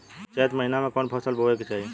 चैत महीना में कवन फशल बोए के चाही?